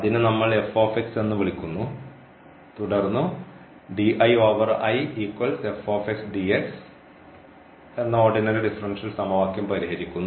അതിന് നമ്മൾ എന്നു വിളിക്കുന്നു തുടർന്നു ഓർഡിനറി ഡിഫറൻഷ്യൽ സമവാക്യം പരിഹരിക്കുന്നു